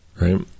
Right